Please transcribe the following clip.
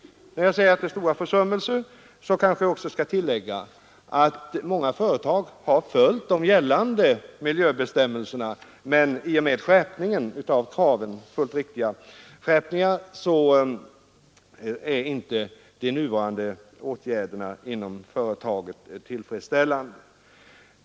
När jag säger stora försummelser kanske jag skall tillägga att många företag har följt de gällande miljöbestämmelserna, men trots de i och för sig fullt riktiga skärpningarna av kraven är de nuvarande förhållandena inom företagen inte tillfredsställande.